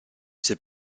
ses